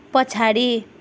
पछाडि